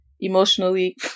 emotionally